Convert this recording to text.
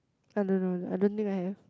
I don't know I don't think I have